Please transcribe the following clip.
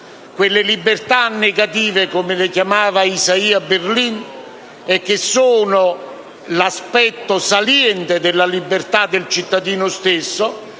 le libertà negative, come le chiamava *Isaiah Berlin*. Queste libertà sono l'aspetto saliente della libertà del cittadino stesso